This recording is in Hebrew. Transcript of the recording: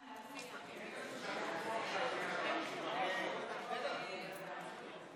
תקנות סמכויות מיוחדות להתמודדות עם נגיף